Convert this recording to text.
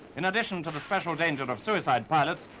in addition to the special danger of suicide pilots,